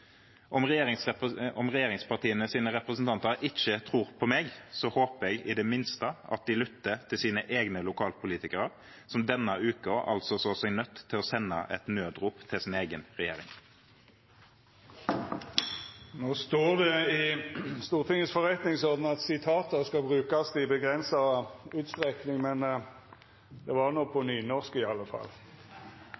Om regjeringspartienes representanter ikke tror på meg, håper jeg i det minste at de lytter til sine egne lokalpolitikere, som denne uken altså så seg nødt til å sende et nødrop til sin egen regjering. Det står i Stortingets forretningsorden at sitat skal brukast i avgrensa utstrekning, men det var i alle fall på